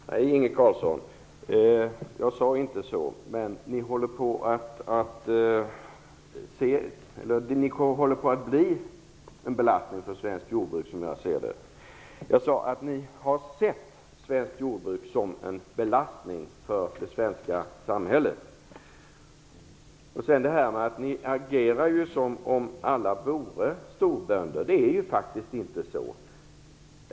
Fru talman! Nej, Inge Carlsson, jag sade inte så, men ni håller, som jag ser det, på att bli en belastning för svenskt jordbruk. Jag sade att ni har sett svenskt jordbruk som en belastning för det svenska samhället. Dessutom agerar ni som om alla bönder vore storbönder. Det är faktiskt inte så.